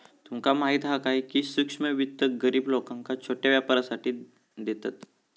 तुमका माहीत हा काय, की सूक्ष्म वित्त गरीब लोकांका छोट्या व्यापारासाठी देतत